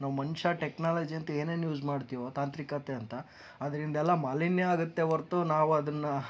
ನಾವು ಮನುಷ್ಯ ಟೆಕ್ನಾಲಜಿ ಅಂತ ಏನೇನು ಯೂಸ್ ಮಾಡ್ತೀವೊ ತಾಂತ್ರಿಕತೆ ಅಂತ ಅದರಿಂದೆಲ್ಲ ಮಾಲಿನ್ಯ ಆಗುತ್ತೆ ಹೊರತು ನಾವು ಅದನ್ನು